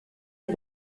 est